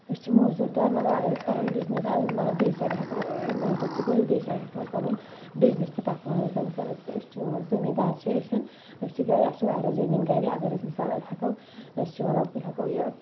أسۍ چھِ موزوٗر دار مطلب اَگر أسۍ پَنُن بزنس مطلب بیٚیہِ سیاڈٕ ہٮ۪کہٕ اکھ بہٕ موزوٗر تہِ کٔرِتھ بیٚیہِ سیاڈِ ہٮ۪کو پَنُن بزنس تہِ پَکنٲوِتھ مثال أسۍ چھِ مطلب زمیٖن دار چھِ أسۍ أسۍ چھ گرِ اسہِ چھِ واریاہ زمیٖن گرِ اَگر أسۍ مِثالہٕ ہٮ۪کو أسۍ چھِ مطلب ہٮ۪کو یہِ